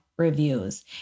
reviews